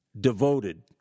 devoted